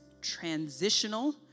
transitional